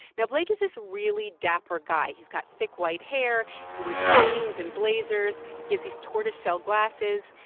now, blake is this really dapper guy. he's got thick, white hair. he wears jeans and blazers. he has these tortoiseshell glasses.